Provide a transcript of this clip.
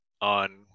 on